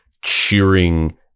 cheering